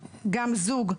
זוג,